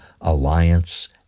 alliance